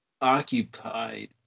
occupied